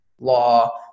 law